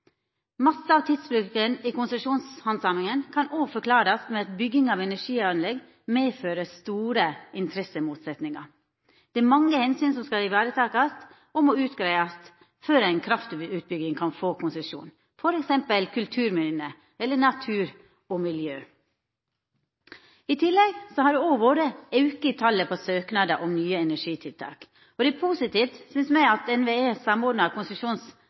av tidsbruken i konsesjonsbehandlinga kan òg forklarast med at bygging av energianlegg medfører store interessemotsetningar. Det er mange omsyn som skal ivaretakast, og som må greiast ut før ei kraftutbygging kan få konsesjon, f.eks. kulturminne eller natur og miljø. I tillegg har det òg vore auke i talet på søknader om nye energitiltak. Det er positivt, synest me, at NVE